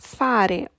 fare